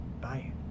Bye